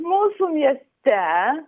mūsų mieste